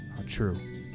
true